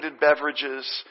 beverages